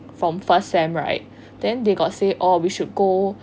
from first sem right then they got say oh we should go